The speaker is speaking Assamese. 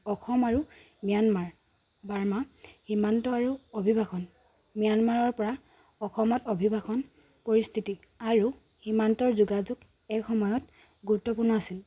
অসম আৰু ম্যানমাৰ বাৰ্মা সীমান্ত আৰু অভিবাসন ম্যানমাৰৰ পৰা অসমত অভিবাসন পৰিস্থিতি আৰু সীমান্তৰ যোগাযোগ এক সময়ত গুৰুত্বপূৰ্ণ আছিল